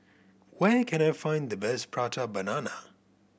where can I find the best Prata Banana